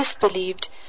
disbelieved